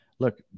Look